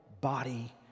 body